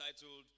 titled